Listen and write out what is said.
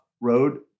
road